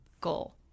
goal